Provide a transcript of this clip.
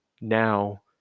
now